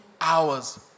hours